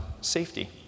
safety